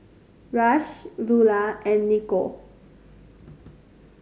Rush Lulah and Nico